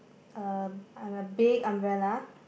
a a big umbrella